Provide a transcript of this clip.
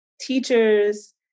Teachers